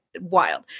wild